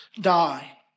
die